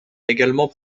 également